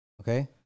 Okay